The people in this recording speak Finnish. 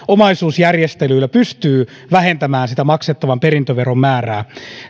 omaisuusjärjestelyillä pystyy vähentämään sitä maksettavan perintöveron määrää